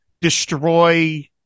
destroy